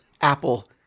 apple